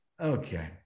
okay